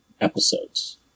episodes